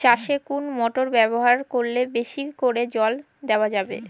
চাষে কোন মোটর ব্যবহার করলে বেশী করে জল দেওয়া যাবে?